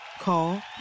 Call